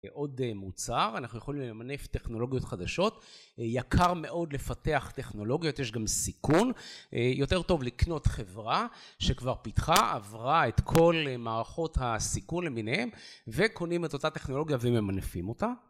עוד מוצר, אנחנו יכולים למנף טכנולוגיות חדשות. יקר מאוד לפתח טכנולוגיות, יש גם סיכון. יותר טוב לקנות חברה שכבר פיתחה, עברה את כל מערכות הסיכון למיניהן, וקונים את אותה טכנולוגיה וממנפים אותה.